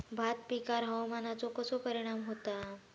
भात पिकांर हवामानाचो कसो परिणाम होता?